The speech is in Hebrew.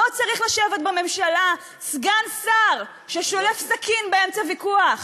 לא צריך לשבת בממשלה סגן שר ששולף סכין באמצע ויכוח.